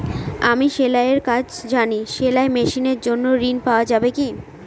আমি সেলাই এর কাজ জানি সেলাই মেশিনের জন্য ঋণ পাওয়া যাবে কি?